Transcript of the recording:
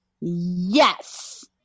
Yes